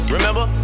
Remember